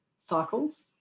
cycles